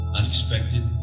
unexpected